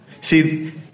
See